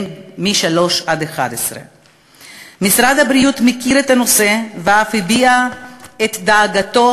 3 11. משרד הבריאות מכיר את הנושא ואף הביע את דאגתו